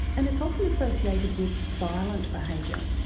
and it's often associated with violent behaviour.